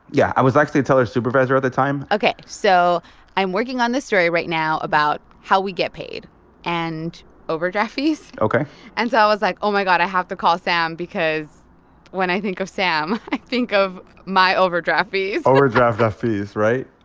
yeah. i was actually a teller supervisor at the time ok. so i'm working on this story right now about how we get paid and overdraft fees ok and so i was like, oh, my god, i have to call sam because when i think of sam, i think of my overdraft fees overdraft fees, right?